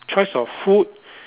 choice of food